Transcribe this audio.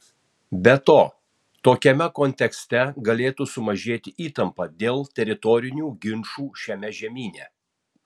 be to tokiame kontekste galėtų sumažėti įtampa dėl teritorinių ginčų šiame žemyne